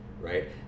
right